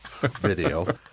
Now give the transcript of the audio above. video